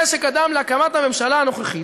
זה שקדם להקמת הממשלה הנוכחית,